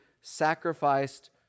sacrificed